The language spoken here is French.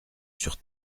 sur